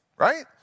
right